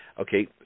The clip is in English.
Okay